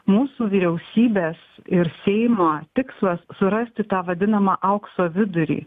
mūsų vyriausybės ir seimo tikslas surasti tą vadinamą aukso vidurį